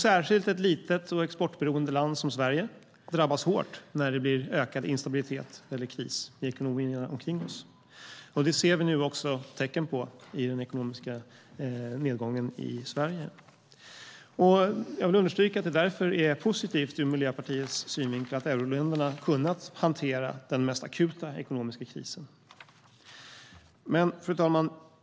Särskilt ett litet och exportberoende land som Sverige drabbas hårt när det blir ökad instabilitet eller kris i ekonomierna omkring oss. Det ser vi nu tecken på i den ekonomiska nedgången i Sverige. Jag vill understryka att det därför är positivt ur Miljöpartiets synvinkel att euroländerna kunnat hantera den mest akuta ekonomiska krisen.